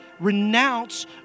Renounce